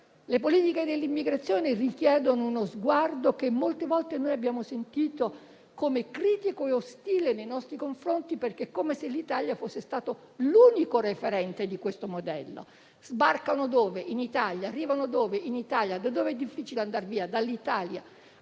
di politiche dell'immigrazione. Queste richiedono uno sguardo che molte volte abbiamo sentito come critico e ostile nei nostri confronti, come se l'Italia fosse l'unico referente di questo modello. Sbarcano dove? In Italia. Arrivano dove? In Italia. Da dove è difficile andar via? Dall'Italia.